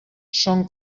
son